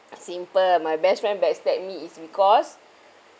simple my best friend backstab me is because